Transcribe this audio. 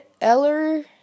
Eller